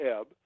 ebb